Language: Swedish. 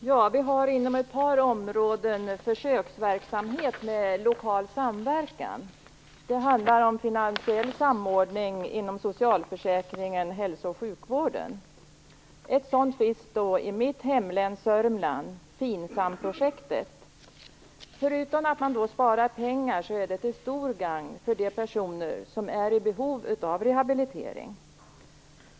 Fru talman! Inom ett par områden har vi försöksverksamhet med lokal samverkan. Det handlar om finansiell samordning inom socialförsäkringarna samt hälso och sjukvården. Ett sådant projekt finns i mitt hemlän Sörmland, nämligen Finsamprojektet. Förutom att man sparar pengar är det till stor gagn för de personer som är i behov av rehabilitering.